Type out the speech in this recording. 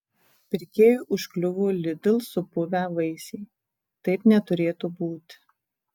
pirkėjui užkliuvo lidl supuvę vaisiai taip neturėtų būti